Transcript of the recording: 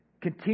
continue